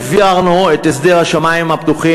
זה "על אחת כמה וכמה טובה